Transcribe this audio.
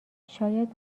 شاید